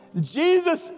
Jesus